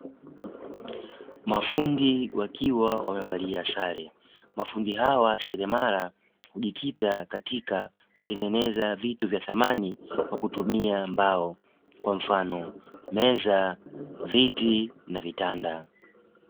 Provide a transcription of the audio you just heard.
Mafundi wakiwa wamevalia sare, mafundi hawa seremala hujikita katika kutengeneza vitu vya samani kwa mfano meza, viti na vitanda.